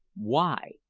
why?